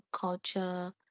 culture